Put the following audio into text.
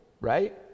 right